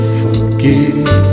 forgive